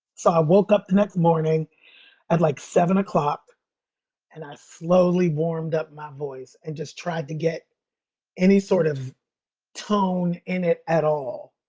so i woke up the next morning at like seven o'clock and i slowly warmed up my voice and just tried to get any sort of tone in it at all.